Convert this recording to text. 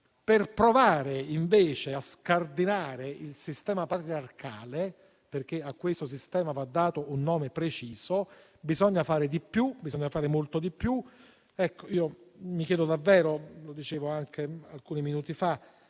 Per provare invece a scardinare il sistema patriarcale, perché a questo sistema va dato un nome preciso, bisogna fare di più, bisogna fare molto di più. Ecco, mi chiedo davvero - lo dicevo anche alcuni minuti fa